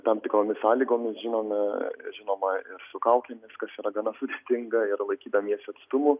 tam tikromis sąlygomis žinom žinoma ir su kaukėmis kas yra gana sudėtinga ir laikydamiesi atstumų